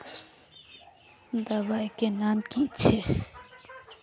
दबाई के नाम की छिए?